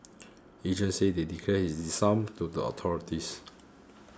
agents say they declare this sum to the authorities